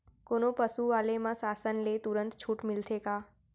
कोनो पसु पाले म शासन ले तुरंत छूट मिलथे का?